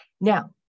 Now